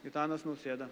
gitanas nausėda